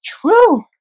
true